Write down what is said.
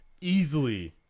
easily